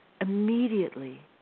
immediately